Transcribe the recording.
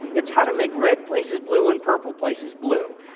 it's how to make red places blue and purple places blue.